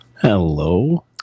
Hello